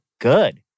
good